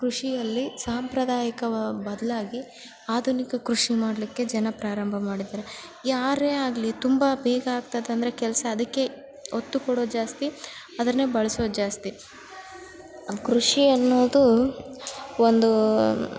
ಕೃಷಿಯಲ್ಲಿ ಸಾಂಪ್ರದಾಯಿಕವ ಬದಲಾಗಿ ಆಧುನಿಕ ಕೃಷಿ ಮಾಡಲಿಕ್ಕೆ ಜನ ಪ್ರಾರಂಭ ಮಾಡಿದ್ದಾರೆ ಯಾರೇ ಆಗಲಿ ತುಂಬ ಬೇಗ ಆಗ್ತದೆ ಅಂದರೆ ಕೆಲಸ ಅದಕ್ಕೆ ಒತ್ತು ಕೊಡೋದು ಜಾಸ್ತಿ ಅದನ್ನೇ ಬಳಸೋದು ಜಾಸ್ತಿ ಕೃಷಿ ಅನ್ನೋದು ಒಂದು